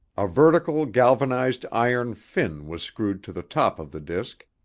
a vertical galvanized iron fin was screwed to the top of the disc,